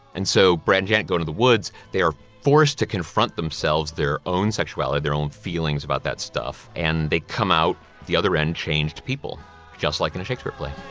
and so brad didn't go to the woods. they are forced to confront themselves their own sexuality their own feelings about that stuff and they come out the other end changed people just like in a shakespeare play